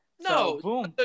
No